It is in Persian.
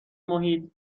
محیط